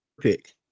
pick